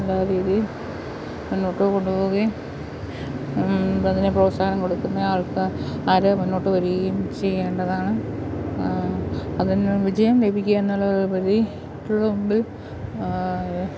നല്ല രീതിയിൽ മുന്നോട്ട് കൊണ്ടുപോവുകയും അതിനെ പ്രോത്സാഹനം കൊടുക്കുന്ന ആൾക്കാർ അവർ മുന്നോട്ട് വരികയും ചെയ്യേണ്ടതാണ് അതിന് വിജയം ലഭിക്കുക എന്നുള്ളതിനുപരി കുട്ടികളുടെ മുൻപിൽ